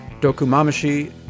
Dokumamashi